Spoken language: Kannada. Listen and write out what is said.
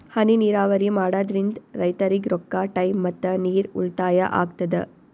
ಹನಿ ನೀರಾವರಿ ಮಾಡಾದ್ರಿಂದ್ ರೈತರಿಗ್ ರೊಕ್ಕಾ ಟೈಮ್ ಮತ್ತ ನೀರ್ ಉಳ್ತಾಯಾ ಆಗ್ತದಾ